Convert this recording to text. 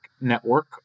network